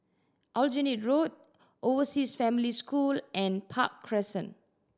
Aljunied Road Overseas Family School and Park Crescent